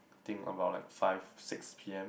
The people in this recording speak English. think about like five six p_m